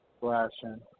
Flashing